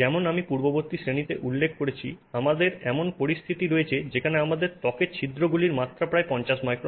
যেমন আমি পূর্ববর্তী শ্রেণিতে যেমন উল্লেখ করেছি আমাদের এমন পরিস্থিতি রয়েছে যেখানে আমাদের ছিদ্রগুলি ত্বকের মাত্রা প্রায় 50 মাইক্রন হয়